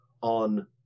on